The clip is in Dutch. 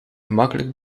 gemakkelijk